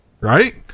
Right